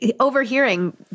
overhearing